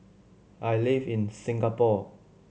I live in Singapore